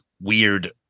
weird